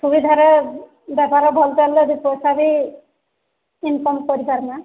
ସୁବିଧାରେ ବେପାର ଭଲ ଚାଲିଲା ଦୁଇ ପଇସା ଭି ଇନ୍କମ୍ କରି ପାରିବା